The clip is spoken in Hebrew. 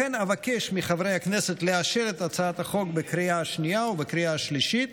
לכן אבקש מחברי הכנסת לאשר את הצעת החוק בקריאה השנייה ובקריאה השלישית.